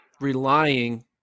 relying